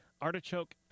Artichoke